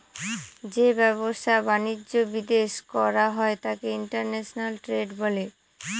যে ব্যবসা বাণিজ্য বিদেশ করা হয় তাকে ইন্টারন্যাশনাল ট্রেড বলে